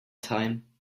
time